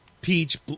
Peach